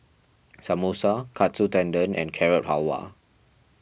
Samosa Katsu Tendon and Carrot Halwa